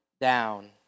down